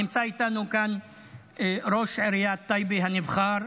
נמצא איתנו כאן ראש עיריית טייבה הנבחר,